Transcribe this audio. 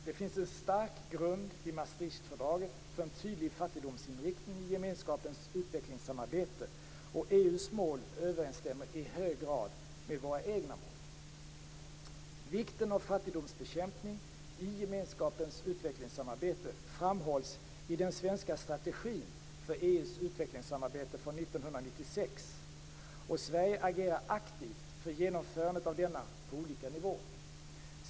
Det finns en stark grund i Maastrichfördraget för en tydlig fattigdomsinriktning i gemenskapens utvecklingssamarbete, och EU:s mål överensstämmer i hög grad med våra egna mål. Vikten av fattigdomsbekämpning i gemenskapens utvecklingssamarbete framhålls i den svenska strategin för EU:s utvecklingssamarbete från 1996, och Sverige agerar aktivt för genomförandet av denna på olika nivåer.